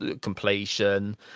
completion